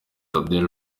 abdel